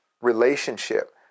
relationship